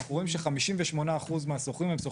אנחנו רואים ש-58% הם צעירים,